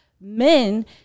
Men